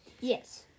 Yes